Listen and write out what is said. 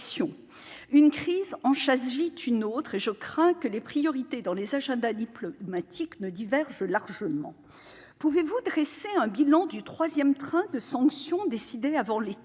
Une crise en chassant vite une autre, je crains que les priorités dans les agendas diplomatiques ne divergent largement ... Pouvez-vous également dresser un bilan du troisième train de sanctions, décidé avant l'été